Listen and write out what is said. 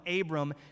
Abram